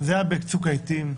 זה היה בצוק העתים,